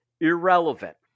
irrelevant